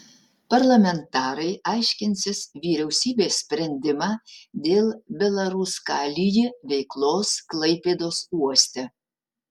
parlamentarai aiškinsis vyriausybės sprendimą dėl belaruskalij veiklos klaipėdos uoste